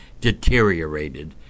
deteriorated